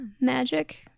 magic